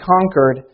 conquered